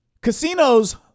Casinos